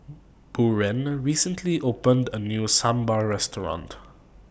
Buren recently opened A New Sambar Restaurant